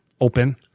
open